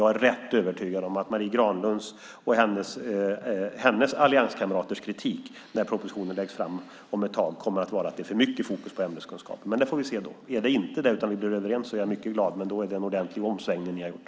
Jag är rätt övertygad om att Marie Granlunds och hennes allianskamraters kritik när propositionen läggs fram om ett tag kommer att vara att det är för mycket fokus på ämneskunskaper. Men det får vi se då. Är det inte det utan vi blir överens är jag mycket glad, men då är det en ordentlig omsvängning ni har gjort.